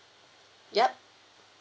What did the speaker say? yup